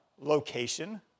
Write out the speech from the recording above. location